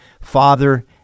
father